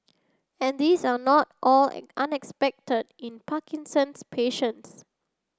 and these are not all unexpected in Parkinson's patients